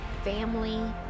family